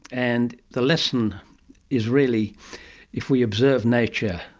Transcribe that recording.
and the lesson is really if we observe nature,